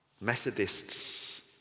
Methodists